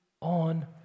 on